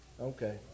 okay